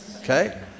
Okay